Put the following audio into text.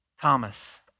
Thomas